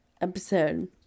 episode